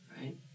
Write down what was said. right